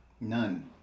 None